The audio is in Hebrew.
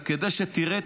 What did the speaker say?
אלא כדי שתראה,